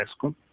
Escom